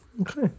Okay